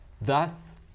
Thus